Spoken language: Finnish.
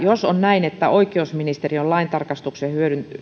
jos on näin että oikeusministeriön laintarkastuksen